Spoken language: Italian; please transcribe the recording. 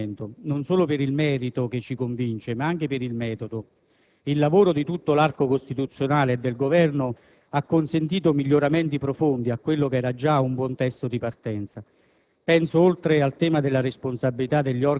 Noi daremo un deciso sostegno a questo provvedimento non solo per il merito, che ci convince, ma anche per il metodo. Il lavoro di tutto l'arco costituzionale e del Governo ha consentito di apportare miglioramenti profondi a quello che era già un buon testo di partenza;